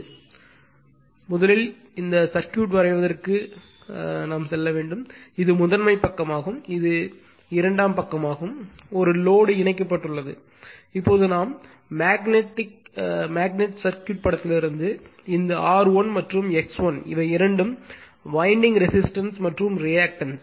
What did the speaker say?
எனவே முதலில் இந்த சர்க்யூட் வரைவதற்கு செல்ல வேண்டும் இது முதன்மை பக்கமாகும் இது இரண்டாம் பக்கமாகும் ஒரு லோடு இணைக்கப்பட்டுள்ளது இப்போது நாம் மேக்னட் சர்க்யூட் படத்திலிருந்து இந்த R1 மற்றும் X1 இவை இரண்டும் வைண்டிங் ரெசிஸ்டன்ஸ் மற்றும் ரியாக்டன்ஸ்